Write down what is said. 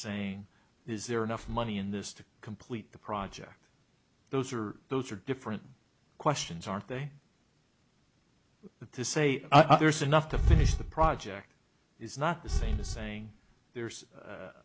saying is there enough money in this to complete the project those are those are different questions aren't they but to say there's enough to finish the project is not the same as saying there's